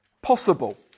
Possible